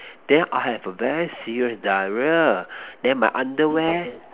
then I have a very serious diarrhea then my underwear